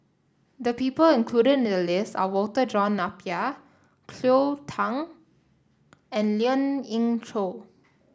the people included in the list are Walter John Napier Cleo Thang and Lien Ying Chow